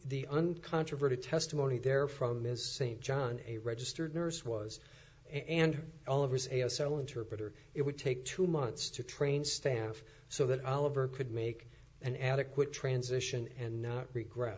uncontroverted testimony there from ms st john a registered nurse was and all of his a s l interpreter it would take two months to train staff so that oliver could make an adequate transition and not regre